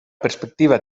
perspectiva